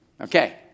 Okay